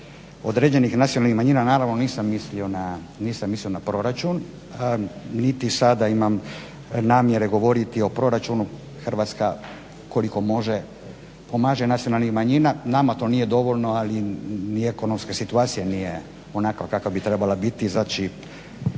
određenih nacionalnih manjina naravno nisam mislio na proračun niti sada imam namjere govoriti o proračunu, Hrvatska koliko može pomaže nacionalnim manjinama. Nama to nije dovoljno, ali ni ekonomska situacija nije onakva kakva bi trebala biti. Znači,